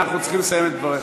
אנחנו צריכים, לסיים את דבריך.